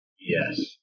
Yes